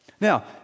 Now